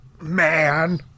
man